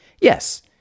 yes